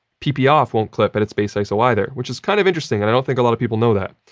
pp off won't clip at its base iso either, which is kind of interesting. and i don't think a lot of people know that.